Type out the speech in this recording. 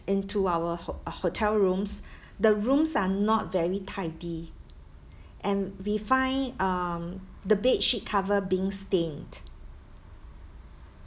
in to our ho~ hotel rooms the rooms are not very tidy and we find um the bedsheet cover being stained